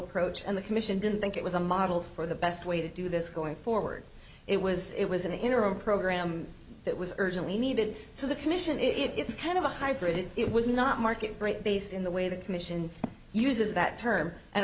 approach and the commission didn't think it was a model for the best way to do this going forward it was it was an interim program that was urgently needed so the commission if it's kind of a hybrid it was not market break based in the way the commission use is that term